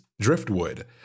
driftwood